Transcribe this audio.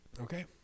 okay